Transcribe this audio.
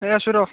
এই আছোঁ ৰ